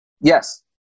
Yes